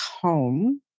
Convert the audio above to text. home